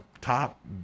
top